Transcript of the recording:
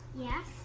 Yes